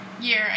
year